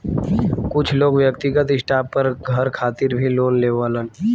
कुछ लोग व्यक्तिगत स्टार पर घर खातिर भी लोन लेवेलन